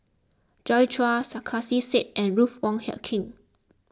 Joi Chua Sarkasi Said and Ruth Wong Hie King